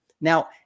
Now